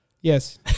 yes